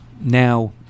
Now